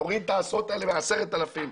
תוריד את העשרות האלה מתוך ה-10,000,